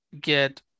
get